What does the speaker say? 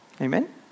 Amen